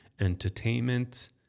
entertainment